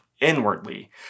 inwardly